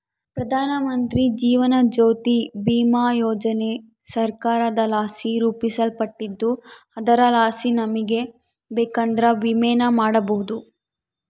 ಪ್ರಧಾನಮಂತ್ರಿ ಜೀವನ ಜ್ಯೋತಿ ಭೀಮಾ ಯೋಜನೆ ಸರ್ಕಾರದಲಾಸಿ ರೂಪಿಸಲ್ಪಟ್ಟಿದ್ದು ಅದರಲಾಸಿ ನಮಿಗೆ ಬೇಕಂದ್ರ ವಿಮೆನ ಮಾಡಬೋದು